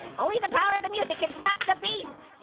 only the power of the music can stop the beast.